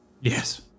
yes